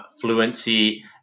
fluency